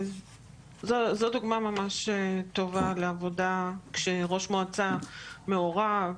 זו דוגמה ממש טובה לעבודה כאשר ראש המועצה מעורב,